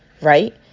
right